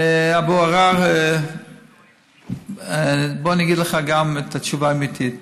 אבו עראר, בוא אני אגיד לך את התשובה האמיתית.